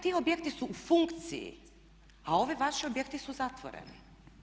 Ti objekti su u funkciji, a ovi vaši objekti su zatvoreni.